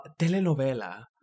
Telenovela